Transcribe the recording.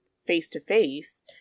face-to-face